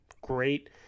great